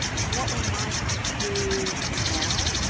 what we might do now.